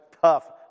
tough